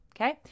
Okay